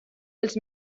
els